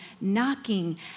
knocking